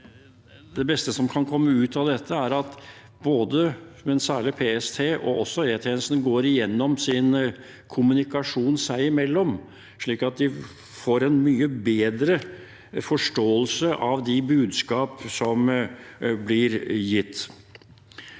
Det beste som kan komme ut av dette, er at særlig PST og også E-tjenesten går igjennom sin kommunikasjon seg imellom, slik at de får en mye bedre forståelse av de budskap som blir gitt.